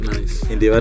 Nice